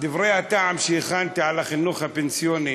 דברי הטעם שהכנתי על החיסכון הפנסיוני